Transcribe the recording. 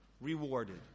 rewarded